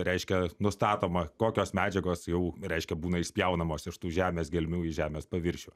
reiškia nustatoma kokios medžiagos jau reiškia būna išspjaunamos iš tų žemės gelmių į žemės paviršių